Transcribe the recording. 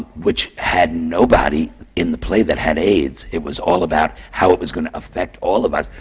which had nobody in the play that had aids, it was all about how it was going to affect all of us,